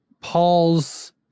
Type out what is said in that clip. Paul's